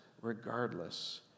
regardless